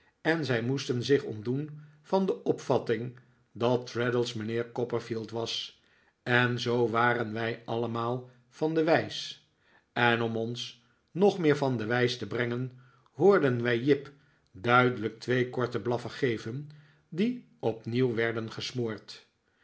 en zij moesten zich ontdoen van de opvatting dat traddles mijnheer copperfield was en zoo waren wij allemaal van de wijs en om ons nog meer van de wijs te brengen hoorden wij jip duidelijk twee korte blaffen geven die opnieuw werden gesmoord